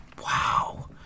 Wow